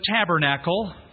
tabernacle